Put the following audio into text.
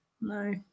No